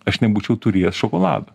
aš nebūčiau turėjęs šokolado